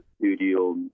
studio